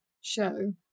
show